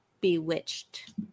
bewitched